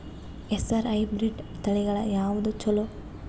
ಹೆಸರ ಹೈಬ್ರಿಡ್ ತಳಿಗಳ ಯಾವದು ಚಲೋ?